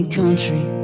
country